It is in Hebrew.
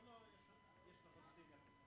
לא לא, יש לך עוד שתי דקות.